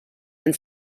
and